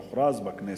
כבר הוכרז בכנסת,